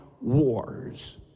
wars